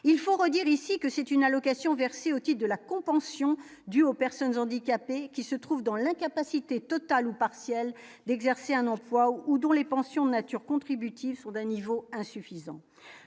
il faut redire ici que c'est une allocation versée aux types de la contention du aux personnes handicapées qui se trouve dans l'incapacité totale ou partielle d'exercer un emploi, ou dont les pensions nature contributives sont d'un niveau insuffisant,